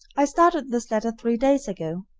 i started this letter three days ago,